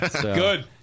Good